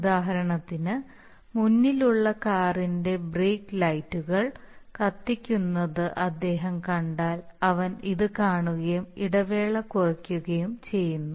ഉദാഹരണത്തിന് മുന്നിലുള്ള കാറിന്റെ ബ്രേക്ക് ലൈറ്റുകൾ കത്തിക്കുന്നത് അദ്ദേഹം കണ്ടാൽ അവൻ ഇത് കാണുകയും ഇടവേള കുറയ്ക്കുകയും ചെയ്യുന്നു